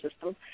system